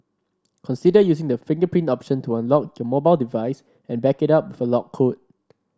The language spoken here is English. consider using the fingerprint option to unlock your mobile device and back it up for lock code